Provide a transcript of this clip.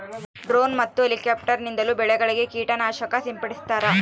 drone ಮತ್ತು helicopter ನಿಂದಲೂ ಬೆಳೆಗಳಿಗೆ ಕೀಟ ನಾಶಕ ಸಿಂಪಡಿಸ್ತಾರ